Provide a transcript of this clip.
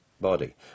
body